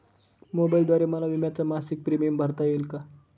मोबाईलद्वारे मला विम्याचा मासिक प्रीमियम भरता येईल का?